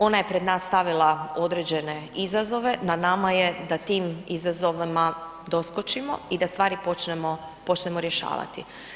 Ona je pred nas stavila određene izazove, na nama je da tim izazovima doskočimo i da stvari počnemo rješavati.